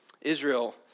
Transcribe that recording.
Israel